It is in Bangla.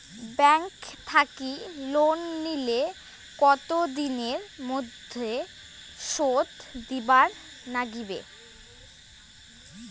ব্যাংক থাকি লোন নিলে কতো দিনের মধ্যে শোধ দিবার নাগিবে?